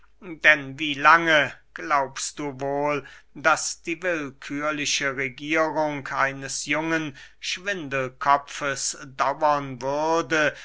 denn wie lange glaubst du wohl daß die willkührliche regierung eines jungen schwindelkopfes dauern würde